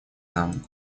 нам